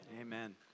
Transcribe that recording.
Amen